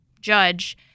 judge